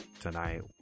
tonight